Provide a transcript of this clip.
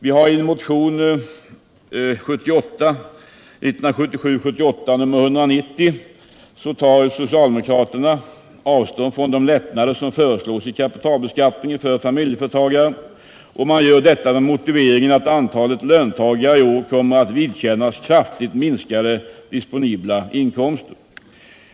I motionen 1977/78:190 tar socialdemokraterna avstånd från de lättnader som föreslås i kapitalbeskattningen för familjeföretagare. Man gör detta med motiveringen ”att antalet löntagare i år kommer att vidkännas kraftigt minskade disponibla inkomster”.